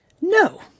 No